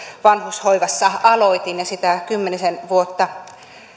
vanhushoivassa aloitin ja sitä kymmenisen vuotta